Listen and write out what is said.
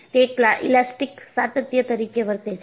તે એક ઈલાસ્ટીક સાતત્ય તરીકે વર્તે છે